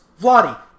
Vladi